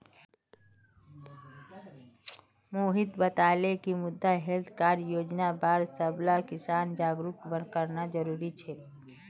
मोहित बताले कि मृदा हैल्थ कार्ड योजनार बार सबला किसानक जागरूक करना जरूरी छोक